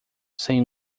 sem